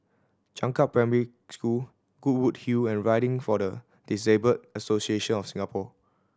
Changkat Primary School Goodwood Hill and Riding for the Disabled Association of Singapore